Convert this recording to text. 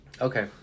Okay